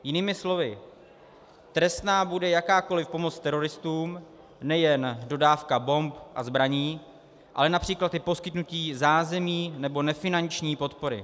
Jinými slovy, trestná bude jakákoliv pomoc teroristům, nejen dodávka bomb a zbraní, ale například i poskytnutí zázemí nebo nefinanční podpory.